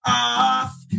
off